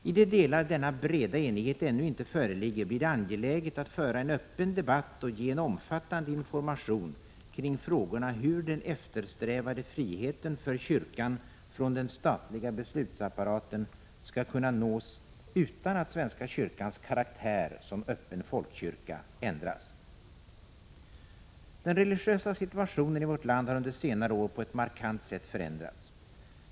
I de delar denna breda enighet ännu inte föreligger blir det angeläget att föra en öppen debatt och ge en omfattande information kring frågorna hur den eftersträvade friheten för kyrkan från den statliga beslutsapparaten skall kunna nås, utan att svenska kyrkans karaktär som öppen folkkyrka ändras. Den religiösa situationen i vårt land har under senare år på ett markant sätt förändrats.